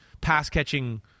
pass-catching